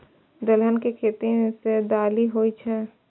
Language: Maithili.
दलहन के खेती सं दालि होइ छै